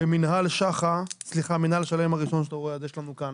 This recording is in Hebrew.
מינהל של"מ, הראשון שאתה רואה, אז יש לנו כאן